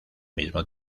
mismo